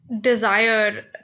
desire